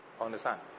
Understand